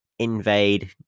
invade